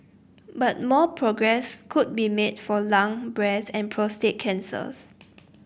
but more progress could be made for lung breast and prostate cancers